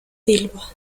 silva